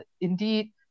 indeed